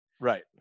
right